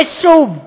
ושוב,